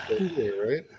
right